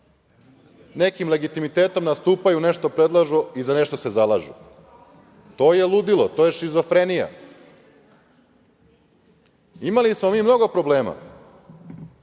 nekim legitimitetom nastupaju, nešto predlažu i za nešto se zalažu. To je ludilo. To je šizofrenija. Imali smo mi mnogo problema.